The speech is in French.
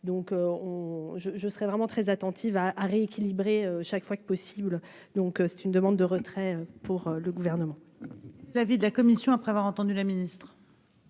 on je je serais vraiment très attentive à à rééquilibrer, chaque fois que possible, donc c'est une demande de retrait pour le gouvernement. L'avis de la commission après avoir entendu la ministre.